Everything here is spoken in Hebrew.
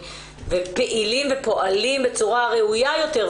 ופעילים ופועלים בצורה ראויה יותר,